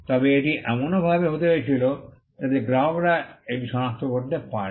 তবে এটি এমনভাবেও হতে হয়েছিল যাতে গ্রাহকরা এটি সনাক্ত করতে পারে